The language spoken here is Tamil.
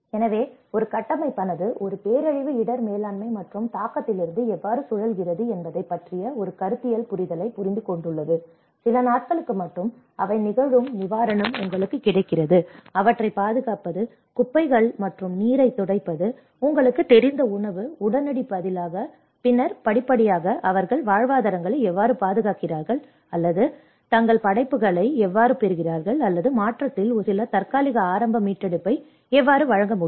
எனவே ஒரு கட்டமைப்பானது ஒரு பேரழிவு இடர் மேலாண்மை மற்றும் தாக்கத்திலிருந்து எவ்வாறு சுழல்கிறது என்பதைப் பற்றிய ஒரு கருத்தியல் புரிதலைப் புரிந்துகொண்டுள்ளது சில நாட்களுக்கு மட்டுமே அவை நிகழும் நிவாரணம் உங்களுக்கு கிடைக்கிறது அவற்றைப் பாதுகாப்பது குப்பைகள் மற்றும் நீரைத் துடைப்பது உங்களுக்குத் தெரிந்த உணவு உடனடி உடனடி பதிலாக பின்னர் படிப்படியாக அவர்கள் வாழ்வாதாரங்களை எவ்வாறு பாதுகாக்கிறார்கள் அல்லது அவர்கள் தங்கள் படைப்புகளை எவ்வாறு பெறுகிறார்கள் அல்லது மாற்றத்தில் சில தற்காலிக ஆரம்ப மீட்டெடுப்பை எவ்வாறு வழங்க முடியும்